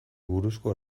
buruzko